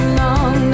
long